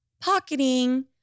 Pocketing